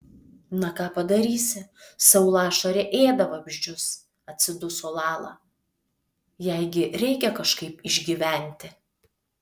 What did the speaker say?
na ką padarysi saulašarė ėda vabzdžius atsiduso lala jai gi reikia kažkaip išgyventi